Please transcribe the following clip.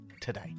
today